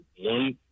one